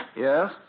Yes